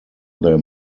their